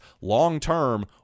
long-term